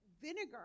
vinegar